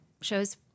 shows